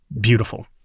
beautiful